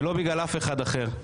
ולא בגלל אף אחד אחר.